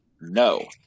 No